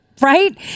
Right